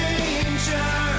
Danger